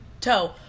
toe